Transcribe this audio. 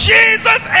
Jesus